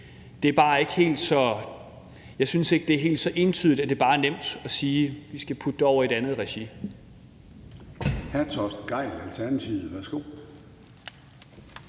Jeg synes bare ikke, at det er helt så entydigt, altså at det bare er nemt at sige, at vi skal putte det over i et andet regi.